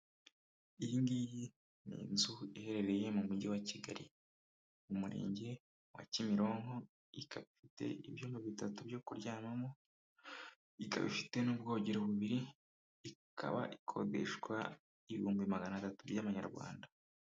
Iyi ngiyi ni inzu iherereye mu mujyi wa Kigali mu murenge wa Kimironko, ikaba ifite ibyumba bitatu byo kuryamamo, ikaba ifite n'ubwogero bubiri, ikaba ikodeshwa ibihumbi magana atatu y'amanyarwanda.